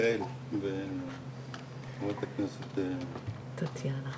יעל וחברת הכנסת טטיאנה